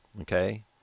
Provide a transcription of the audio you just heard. okay